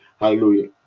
hallelujah